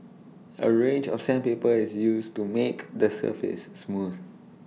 A range of sandpaper is used to make the surface smooth